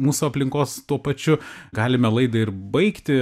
mūsų aplinkos tuo pačiu galime laidą ir baigti